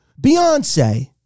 Beyonce